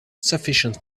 sufficient